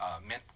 mint